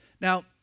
Now